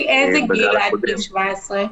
מאיזה גיל ועד גיל 17?